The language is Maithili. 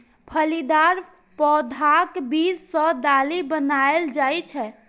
फलीदार पौधाक बीज सं दालि बनाएल जाइ छै